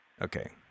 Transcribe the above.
Okay